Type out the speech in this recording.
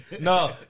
No